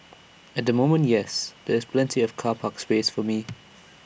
at the moment yes there's plenty of car park space for me